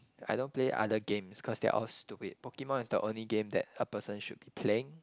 I don't play other games cause they are all stupid Pokemon is the only game that a person should be playing